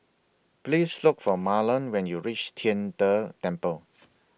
Please Look For Marland when YOU REACH Tian De Temple